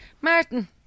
Martin